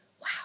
Wow